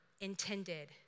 intended